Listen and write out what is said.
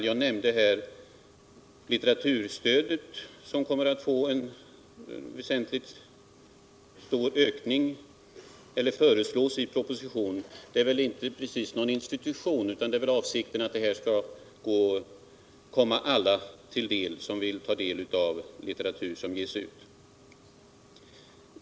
Jag nämnde litteraturstödet, som i propositionen föreslås få en väsentlig ökning. Det gäller inte precis någon institution, utan avsikten är att medlen skall komma till nytta för alla som vill ta del av litteratur som ges ut.